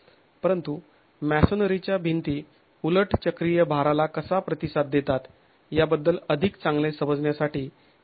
परंतु मॅसोनरीच्या भिंती उलट चक्रिय भाराला कसा प्रतिसाद देतात याबद्दल अधिक चांगले समजण्यासाठी हे आलेख पाहणे उपयुक्त ठरेल